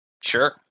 sure